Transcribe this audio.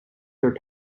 their